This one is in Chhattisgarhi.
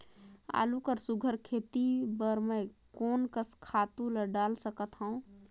आलू कर सुघ्घर खेती बर मैं कोन कस खातु ला डाल सकत हाव?